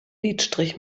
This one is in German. lidstrich